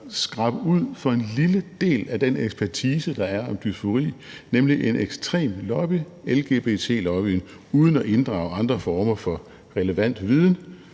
at lefle for en lille del af den ekspertise, der er om dysfori, nemlig en ekstrem lobby, LGBT-lobbyen, uden at inddrage andre former for relevant viden,